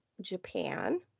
Japan